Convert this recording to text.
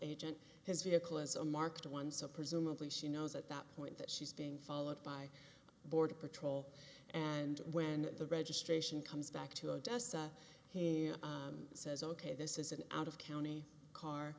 agent his vehicle is a marked one so presumably she knows at that point that she's being followed by border patrol and when the registration comes back to odessa he says ok this is an out of county car